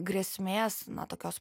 grėsmės na tokios